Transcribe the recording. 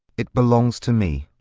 it belongs to me.